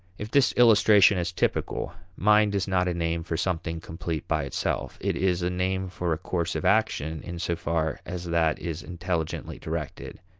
if this illustration is typical, mind is not a name for something complete by itself it is a name for a course of action in so far as that is intelligently directed